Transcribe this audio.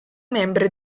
membri